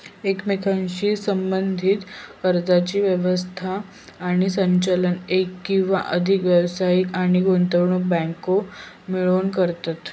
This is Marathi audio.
एकमेकांशी संबद्धीत कर्जाची व्यवस्था आणि संचालन एक किंवा अधिक व्यावसायिक आणि गुंतवणूक बँको मिळून करतत